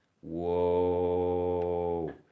Whoa